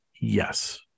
yes